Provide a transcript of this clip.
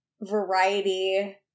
variety